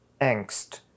angst